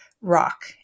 rock